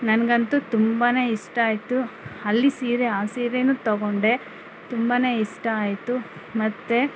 ನನಗಂತೂ ತುಂಬಾನೆ ಇಷ್ಟ ಆಯಿತು ಅಲ್ಲಿ ಸೀರೆ ಆ ಸೀರೆನೂ ತೊಗೊಂಡೆ ತುಂಬಾನೆ ಇಷ್ಟ ಆಯಿತು ಮತ್ತೆ